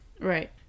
right